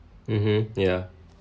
mmhmm yeah